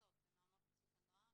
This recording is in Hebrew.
לחסות במעונות חסות הנוער,